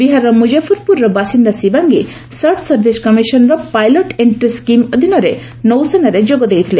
ବିହାରର ମୁକ୍ତାଫରପୁରର ବାସିନ୍ଦା ସିବାଙ୍ଗୀ ସର୍ଟ ସର୍ଭିସ୍ କମିଶନ୍ ର ପାଇଲଟ ଏଣ୍ଟ୍ରି ସ୍କିମ୍ ଅଧୀନରେ ନୌସେନାରେ ଯୋଗ ଦେଇଥିଲେ